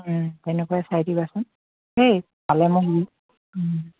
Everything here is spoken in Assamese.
তেনেকুৱাই চাই দিবাচোন দেই পালে মোক